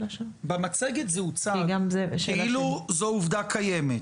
במצגת זה הוצג כאילו זו עובדה קיימת.